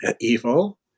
evil